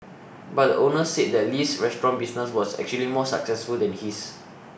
but the owner said that Li's restaurant business was actually more successful than his